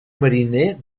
mariner